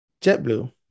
JetBlue